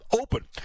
open